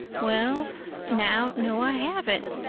well now, no, i haven't,